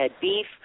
beef